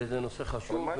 זה נושא חשוב.